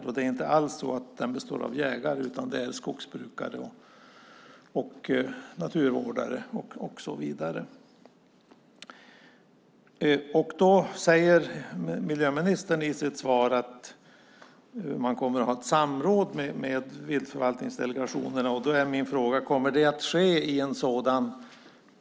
Det är alltså inte alls så att den består av jägare, utan det är skogsbrukare och naturvårdare och så vidare. Miljöministern säger i sitt svar att man kommer att ha ett samråd med viltförvaltningsdelegationerna, och då är min fråga: Kommer det att ske vid en sådan